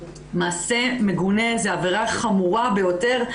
מעשה מגונה זו עבירה חמורה ביותר,